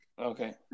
okay